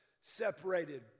separated